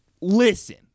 listen